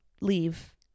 leave